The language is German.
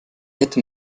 hätte